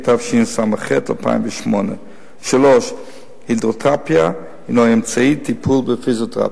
התשס"ח 2008. הידרותרפיה הינה אמצעי טיפול בפיזיותרפיה.